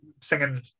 singing